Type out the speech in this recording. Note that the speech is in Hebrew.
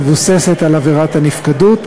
מבוססת על עבירת נפקדות,